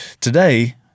today